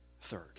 third